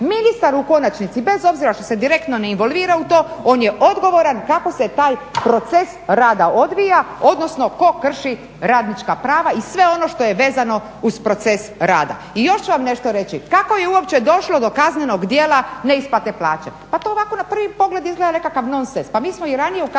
ministar u konačnici bez obzira što se direktno ne evolvira u to, on je odgovoran kako se taj proces rada odvija odnosno tko krši radnička prava i sve ono što je vezano uz proces rada. I još ću vam nešto reći, kako je uopće došlo do kaznenog djela neisplate plaće. Pa to ovako na prvi pogled izgleda nekakav nonsens,